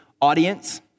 audience